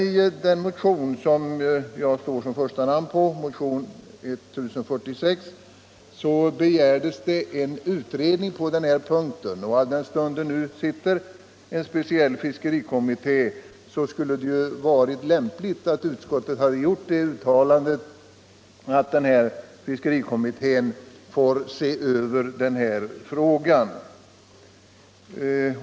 I den motion som jag står som första namn på, 1975/76:1046, begärdes en utredning på denna punkt. Alldenstund det nu sitter en speciell fiskerikommitté, hade det varit lämpligt att utskottet uttalat att fiskerikommittén bör se över denna fråga.